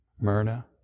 Myrna